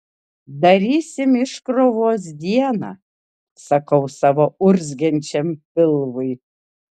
darysim iškrovos dieną sakau savo urzgiančiam pilvui